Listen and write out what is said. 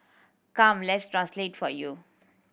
come let's translate it for you